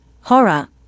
horror